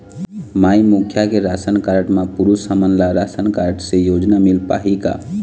माई मुखिया के ration card म पुरुष हमन ला राशन कारड से योजना मिल पाही का?